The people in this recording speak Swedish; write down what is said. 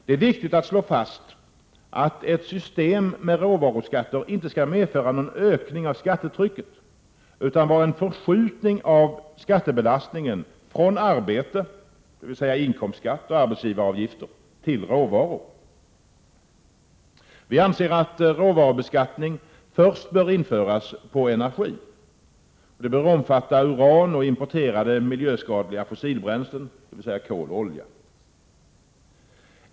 Det är viktigt att slå fast att ett system med råvaruskatter inte skall medföra någon ökning av skattetrycket, utan vara en förskjutning av skattebelastningen från arbete — dvs. inkomstskatt och arbetsgivaravgifter — till råvaror. Vi anser att råvarubeskattning först bör införas på energi. Den bör omfatta uran och importerade miljöskadliga fossilbränslen som kol och olja.